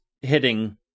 hitting